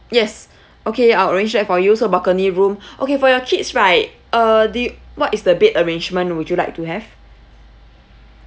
yes okay I'll arrange that for you so balcony room okay for your kids right uh do y~ what is the bed arrangement would you like to have